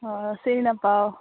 অঁ চিনি নাপাওঁ